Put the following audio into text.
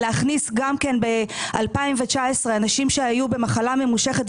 להכניס גם כן ב-2019 אנשים שהיו במחלה ממושכת.